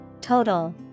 Total